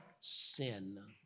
sin